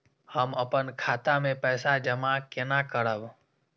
हम अपन खाता मे पैसा जमा केना करब?